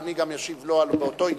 אדוני ישיב לו באותו עניין.